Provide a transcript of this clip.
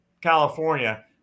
california